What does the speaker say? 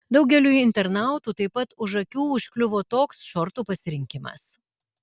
daugeliui internautų taip pat už akių užkliuvo toks šortų pasirinkimas